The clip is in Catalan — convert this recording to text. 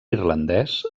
irlandès